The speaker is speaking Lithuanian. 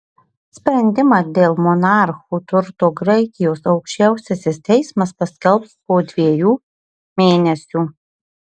sprendimą dėl monarchų turto graikijos aukščiausiasis teismas paskelbs po dviejų mėnesių